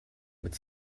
with